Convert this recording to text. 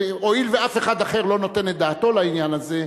הואיל ואף אחד אחר לא נותן את דעתו על עניין הזה,